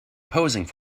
posing